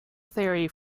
theory